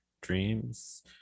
dreams